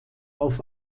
auf